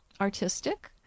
artistic